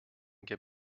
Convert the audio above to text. get